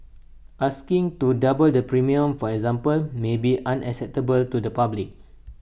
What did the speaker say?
asking to double the premium for example may be unacceptable to the public